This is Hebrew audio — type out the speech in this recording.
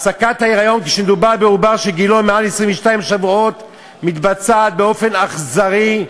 הפסקת ההיריון כשמדובר בעובר שגילו מעל 22 שבועות מתבצעת באופן אכזרי,